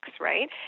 right